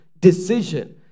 decision